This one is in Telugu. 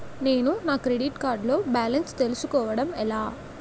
నేను నా క్రెడిట్ కార్డ్ లో బాలన్స్ తెలుసుకోవడం ఎలా?